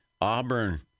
Auburn